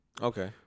Okay